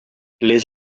les